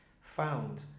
found